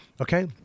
Okay